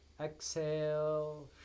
Exhale